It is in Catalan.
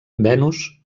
venus